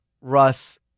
Russ